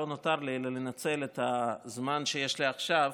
לא נותר לי אלא לנצל את הזמן שיש לי עכשיו